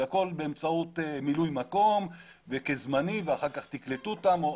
זה הכול באמצעות מילוי מקום וכזמני ואחר כך תקלטו אותם.